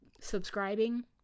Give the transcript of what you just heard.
subscribing